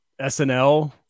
SNL